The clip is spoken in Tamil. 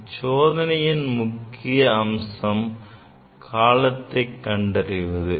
இச்சோதனையின் முக்கிய அம்சம் காலத்தை கண்டறிவது